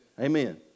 Amen